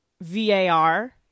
VAR